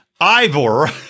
Ivor